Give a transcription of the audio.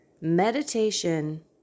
meditation